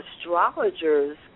astrologers